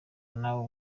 nawe